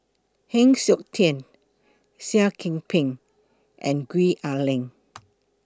Heng Siok Tian Seah Kian Peng and Gwee Ah Leng